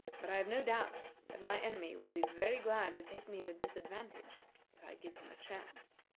but i have no doubt that my enemy will be very glad to take me at a disadvantage if i give him a chance.